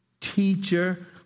teacher